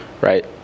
Right